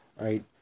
right